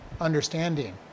understanding